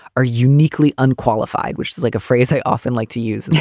are uniquely unqualified, which is like a phrase i often like to use,